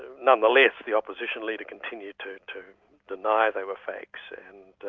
and nonetheless, the opposition leader continued to to deny they were fakes, and